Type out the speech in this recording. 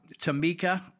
tamika